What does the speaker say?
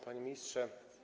Panie Ministrze!